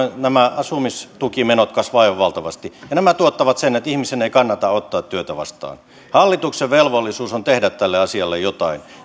nämä asumistukimenot kasvavat aivan valtavasti ja nämä tuottavat sen että ihmisen ei kannata ottaa työtä vastaan hallituksen velvollisuus on tehdä tälle asialle jotain